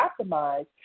optimized